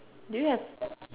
do you have